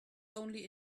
only